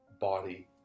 body